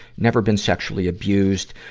never been sexually abused,